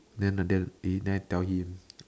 then the den then I tell him